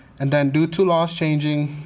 and then due to laws changing,